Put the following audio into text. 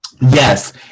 yes